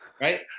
right